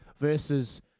versus